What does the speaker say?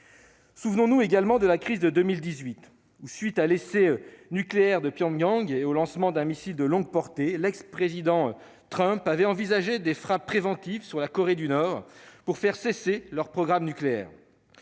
Souvenons-nous également de la crise de 2018 : à la suite de l'essai nucléaire de Pyongyang et du lancement d'un missile de longue portée, Donald Trump, alors président des États-Unis, avait envisagé des frappes préventives sur la Corée du Nord pour faire cesser son programme nucléaire.